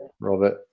robert